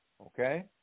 Okay